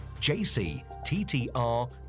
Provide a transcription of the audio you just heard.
jcttr